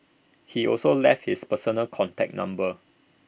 he also left his personal contact number